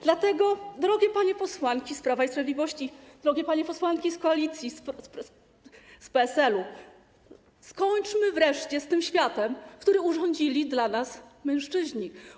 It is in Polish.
Dlatego, drogie panie posłanki z Prawa i Sprawiedliwości, drogie panie posłanki z Koalicji, z PSL, skończmy wreszcie z tym światem, który urządzili dla nas mężczyźni.